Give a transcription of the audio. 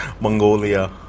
Mongolia